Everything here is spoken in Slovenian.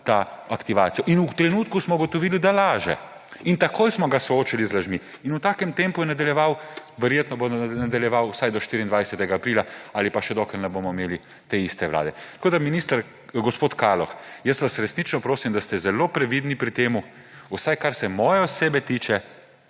to aktivacijo, in v trenutku smo ugotovili, da laže. In takoj smo ga soočili z lažmi. In v takem tempu je nadaljeval, verjetno bo nadaljeval vsaj do 24. aprila ali pa še, dokler ne bomo imeli te iste vlade. Gospod Kaloh, jaz vas resnično prosim, da ste zelo previdni pri tem, vsaj kar se mene osebno tiče,